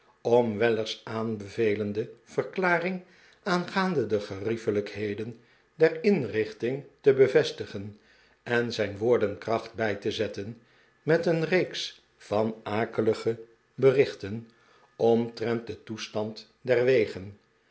om weller's aanbeveleride verklaring aangaande de geriefelijkheden der inrichting te beyestigen en zijn woorden kracht'bij te zetten met een reeks van akelige berichten hernieuwde kennismaking met den heer pott omtreht den toestand der wegen